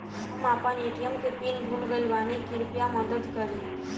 हम आपन ए.टी.एम के पीन भूल गइल बानी कृपया मदद करी